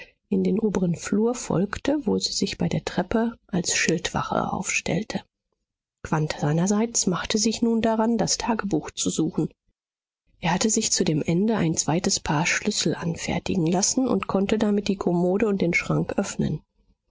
in den oberen flur folgte wo sie sich bei der treppe als schildwache aufstellte quandt seinerseits machte sich nun daran das tagebuch zu suchen er hatte sich zu dem ende ein zweites paar schlüssel anfertigen lassen und konnte damit die kommode und den schrank öffnen